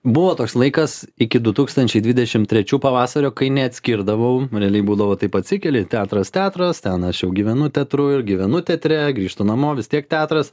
buvo toks laikas iki du tūkstančiai dvidešimt trečių pavasario kai neatskirdavau nu realiai būdavo taip atsikeli teatras teatras ten aš jau gyvenu teatru ir gyvenu teatre grįžtu namo vis tiek teatras